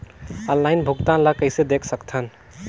Online भुगतान ल कइसे देख सकथन?